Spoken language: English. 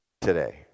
today